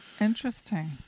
interesting